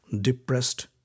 Depressed